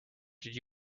did